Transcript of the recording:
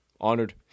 Honored